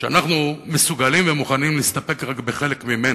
שאנחנו מסוגלים ומוכנים להסתפק רק בחלק ממנה,